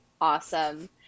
awesome